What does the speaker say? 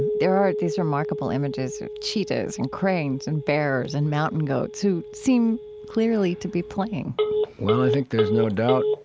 there are these remarkable images of cheetahs and cranes and bears and mountain goats who seem clearly to be playing well, i think there is no doubt,